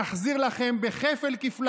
נחזיר לכם בכפל-כפליים,